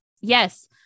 Yes